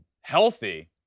healthy